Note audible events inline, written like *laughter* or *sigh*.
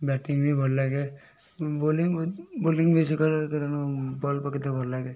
batting ବି ଭଲ ଲାଗେ ବୋଲିଙ୍ଗ୍ *unintelligible* ବୋଲିଙ୍ଗ୍ ବେଶୀ କରେ କାରଣ ବଲ୍ ପକେଇତେ ଭଲଲାଗେ